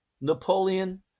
napoleon